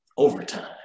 Overtime